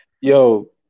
yo